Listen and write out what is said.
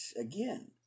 again